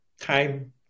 time